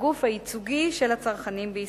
כגוף הייצוגי של הצרכנים בישראל.